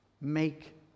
make